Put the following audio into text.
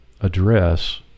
address